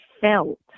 felt